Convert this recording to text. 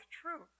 truth